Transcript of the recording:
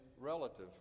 relative